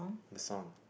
the song